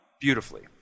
beautifully